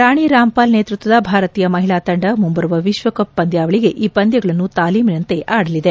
ರಾಣಿ ರಾಂಪಾಲ್ ನೇತೃತ್ವದ ಭಾರತೀಯ ಮಹಿಳಾ ತಂಡ ಮುಂಬರುವ ವಿಶ್ವಕಪ್ ಪಂದ್ಧಾವಳಗೆ ಈ ಪಂದ್ಧಗಳನ್ನು ತಾಲೀಮಿನಂತೆ ಆಡಲಿದೆ